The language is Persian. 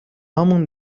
مون